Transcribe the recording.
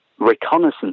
reconnaissance